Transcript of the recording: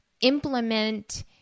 implement